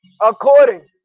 According